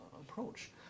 approach